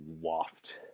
waft